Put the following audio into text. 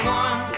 one